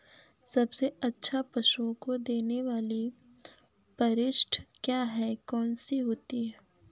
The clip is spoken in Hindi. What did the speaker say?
सबसे अच्छा पशुओं को देने वाली परिशिष्ट क्या है? कौन सी होती है?